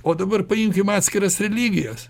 o dabar paimkim atskiras religijas